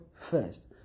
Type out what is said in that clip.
first